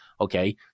okay